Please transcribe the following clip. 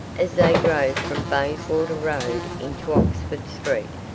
as they drove from bayswater road into oxford street.